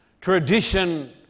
Tradition